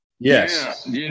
Yes